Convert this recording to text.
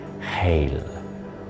Hail